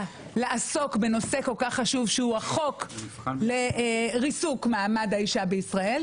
לעסוק בנושא כל כך חשוב שהוא החוק לריסוק מעמד האישה במדינת ישראל,